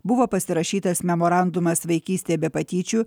buvo pasirašytas memorandumas vaikystė be patyčių